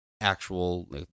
actual